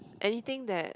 anything that